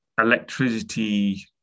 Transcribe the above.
electricity